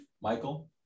Michael